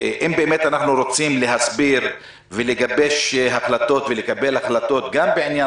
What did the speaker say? אם באמת אנחנו רוצים להסביר ולגבש החלטות ולקבל החלטות גם בעניין